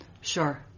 Sure